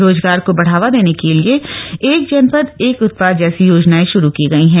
रोजगार को बढ़ावा देने के लिए एक जनपद एक उत्पाद जक्री योजनाएं शुरू की गयी है